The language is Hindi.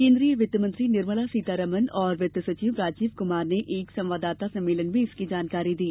केन्द्रीय वित्त मंत्री निर्मला सीतारमण और वित्त सचिव राजीव कुमार ने एक संवाददाता सम्मेलन में इसकी जानकारी दी